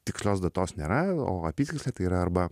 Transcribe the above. tikslios datos nėra o apytiksliai tai yra arba